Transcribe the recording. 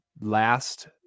last